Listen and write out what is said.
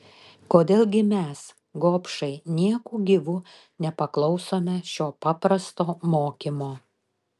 kodėl gi mes gobšai nieku gyvu nepaklausome šio paprasto mokymo